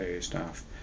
staff